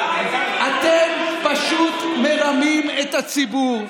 הממשלה, הייתה ממשלה, אתם פשוט מרמים את הציבור.